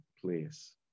please